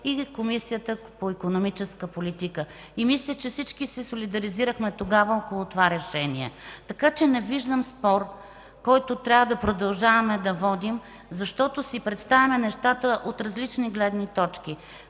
в Комисията по икономическата политика. Мисля, че всички се солидаризирахме тогава около това решение. Не виждам спор, който да трябва да продължаваме да водим, защото си представяме нещата от различни гледни точки.